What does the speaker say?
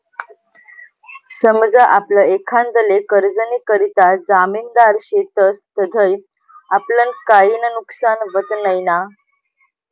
समजा आपण एखांदाले कर्जनीकरता जामिनदार शेतस तधय आपलं काई नुकसान व्हत नैना?